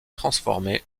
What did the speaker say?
transformée